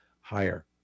higher